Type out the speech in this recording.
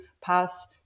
pass